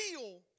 real